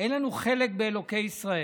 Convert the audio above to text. אין לנו חלק באלוהי ישראל.